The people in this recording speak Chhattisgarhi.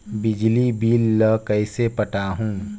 बिजली बिल ल कइसे पटाहूं?